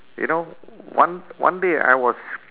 you know one one day I was